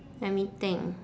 let me think